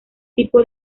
tipo